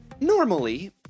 Normally